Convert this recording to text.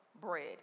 bread